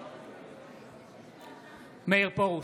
משתתף בהצבעה מאיר פרוש,